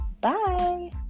Bye